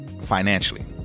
financially